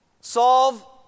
solve